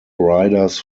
riders